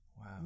Wow